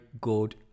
good